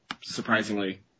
surprisingly